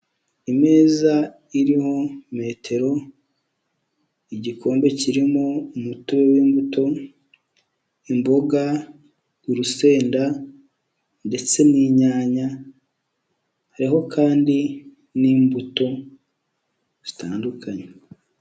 Imeza iriho metero, igikombe kirimo umutobe w'imbuto, imboga, urusenda ndetse n'inyanya, hariho kandi n'imbuto zitandukanye.